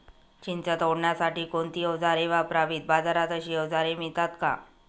चिंच तोडण्यासाठी कोणती औजारे वापरावीत? बाजारात अशी औजारे मिळतात का?